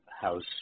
House